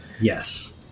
Yes